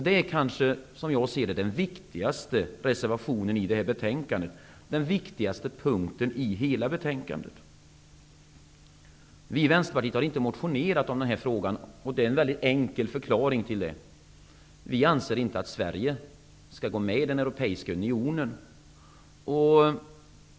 Det är kanske, som jag ser det, den viktigaste reservationen i betänkandet, den viktigaste punkten i hela betänkandet. Vi i Vänsterpartiet har inte motionerat i den här frågan. Det är en väldigt enkel förklaring till det: Vi anser inte att Sverige bör gå med i den europeiska unionen.